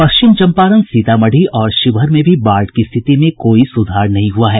पश्चिम चम्पारण सीतामढ़ी और शिवहर में भी बाढ़ की स्थिति में कोई सुधार नहीं हुआ है